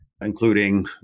including